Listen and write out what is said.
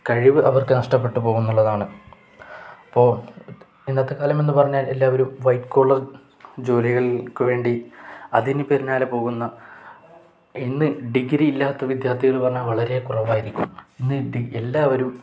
കഴിവ് അവർക്ക് നഷ്ടപ്പെട്ട് പോകുമെന്നുള്ളതാണ് അപ്പോ ഇന്നത്തെ കാലമെന്ന് പറഞ്ഞാൽ എല്ലാവരും വൈറ്റ് കോളർ ജോലികൾക്കുവേണ്ടി അതിനു പിന്നാലെ പോകുന്ന ഇന്ന് ഡിഗ്രി ഇല്ലാത്ത വിദ്യാർത്ഥികൾ എന്നു പറഞ്ഞാൽ വളരെ കുറവായിരിക്കും ഇന്ന് എല്ലാവരും